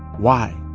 why?